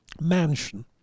mansion